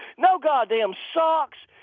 no goddamn socks,